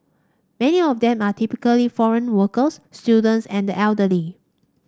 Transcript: many of them are typically foreign workers students and the elderly